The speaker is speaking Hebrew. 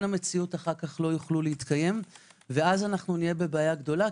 המציאות אחר כך לא יוכלו להתקיים ואז נהיה בבעיה גדולה,